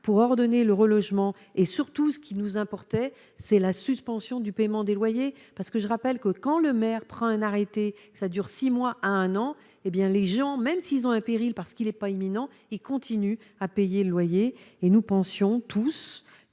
pour ordonner le relogement et surtout ce qui nous importait c'est la suspension du paiement des loyers, parce que je rappelle que quand le maire prend un arrêté, ça dure 6 mois, un an, hé bien les gens, même s'ils ont un péril parce qu'il est pas imminents, il continue à payer le loyer et nous pensions tous